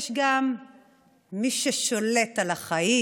יש גם מי ששולט על החיים